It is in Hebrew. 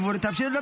בטח שיש לי.